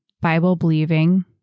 Bible-believing